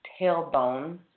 tailbone